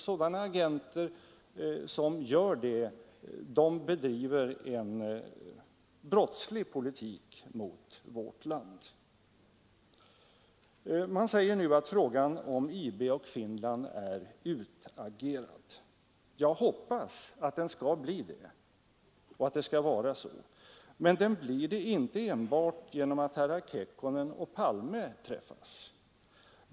Sådana agenter som gör det bedriver en brottslig politik mot vårt land. Man säger nu att frågan om IB och Finland är utagerad. Jag hoppas att den skall bli det, men den blir det inte enbart genom att herrar Kekkonen och Palme träffas.